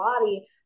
body